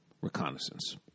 reconnaissance